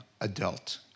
adult